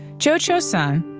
joe-joe son,